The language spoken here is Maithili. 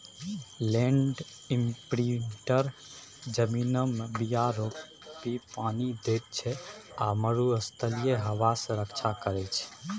लैंड इमप्रिंटर जमीनमे बीया रोपि पानि दैत छै आ मरुस्थलीय हबा सँ रक्षा करै छै